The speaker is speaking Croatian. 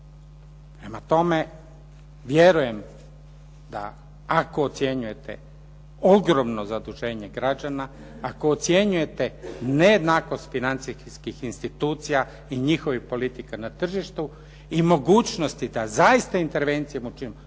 Prema tome, vjerujem da ako ocjenjujete ogromno zaduženje građana, ako ocjenjujete nejednakost financijskih institucija i njihovih politika na tržištu i mogućnosti da zaista intervencijom